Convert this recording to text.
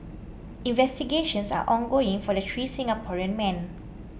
investigations are ongoing for the three Singaporean men